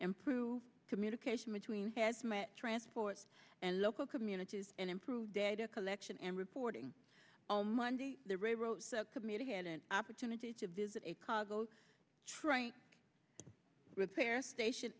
improve communication between has met transports and local communities and improved data collection and reporting on monday commuter had an opportunity to visit a cargo train repair station